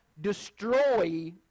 destroy